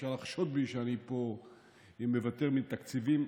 אפשר לחשוד בי שאני מוותר על תקציבים.